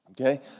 Okay